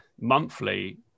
monthly